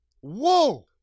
whoa